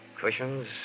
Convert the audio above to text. cushions